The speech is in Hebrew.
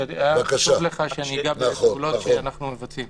כי חשוב לך שאגע בפעולות שאנחנו מבצעים.